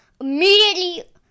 immediately